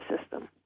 system